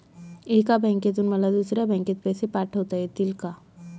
एका बँकेतून मला दुसऱ्या बँकेत पैसे पाठवता येतील का?